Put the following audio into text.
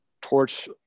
torch